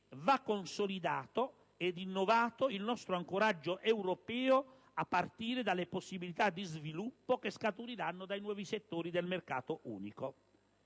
Va consolidato e innovato il nostro ancoraggio europeo a partire dalle possibilità di sviluppo che scaturiranno dai nuovi settori del Mercato unico.